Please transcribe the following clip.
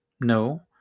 No